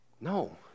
No